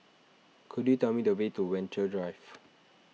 could you tell me the way to Venture Drive